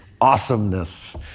awesomeness